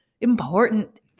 important